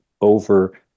over